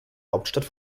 hauptstadt